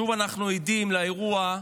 שוב אנחנו עדים לאירוע,